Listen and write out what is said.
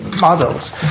models